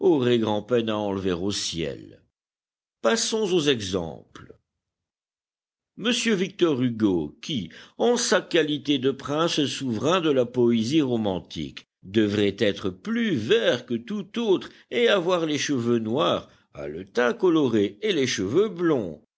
grand'peine à enlever au ciel passons aux exemples m victor hugo qui en sa qualité de prince souverain de la poésie romantique devrait être plus vert que tout autre et avoir les cheveux noirs a le teint coloré et les cheveux blonds